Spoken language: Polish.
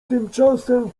tymczasem